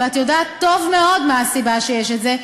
ואת יודעת טוב מאוד מה הסיבה שזה קיים,